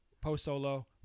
post-solo